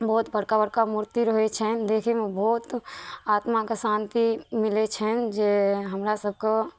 बहुत बड़का बड़का मूर्ति रहै छनि देखैमे बहुत आत्माके शान्ति मिलै छनि जे हमरा सबके